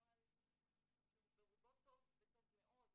נוהל שהוא ברובו טוב וטוב מאוד,